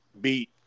beat